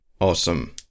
Awesome